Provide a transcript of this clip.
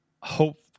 hope